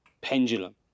pendulum